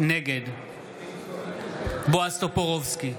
נגד בועז טופורובסקי,